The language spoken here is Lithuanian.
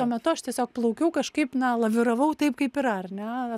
tuo metu aš tiesiog plaukiau kažkaip na laviravau taip kaip yra ar ne